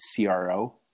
CRO